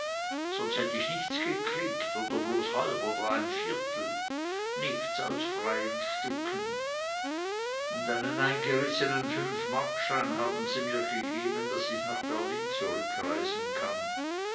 sonst hätte ich nichts gekriegt oder bloß halb oder bloß ein viertel nichts aus freien stücken und einen eingerissenen fünfmarkschein haben sie mir gegeben daß ich nach berlin zurückreisen kann